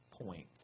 point